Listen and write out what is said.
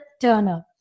Turner